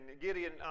Gideon